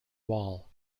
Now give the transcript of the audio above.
wall